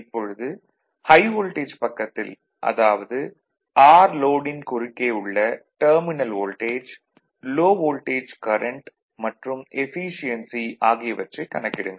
இப்பொழுது high voltage பக்கத்தில் அதாவது RLoad ன் குறுக்கே உள்ள terminal voltage low voltage current மற்றும் எஃபீசியென்சி ஆகியவற்றைக் கணக்கிடுங்கள்